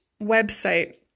website